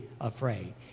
afraid